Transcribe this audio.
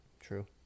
True